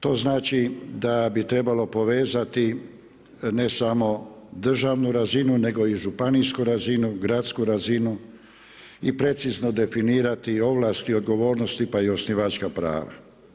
To znači da bi trebalo povezati ne samo državnu razinu nego i županijsku razinu, gradsku razinu i precizno definirati ovlasti i odgovornosti pa i osnivačka prava.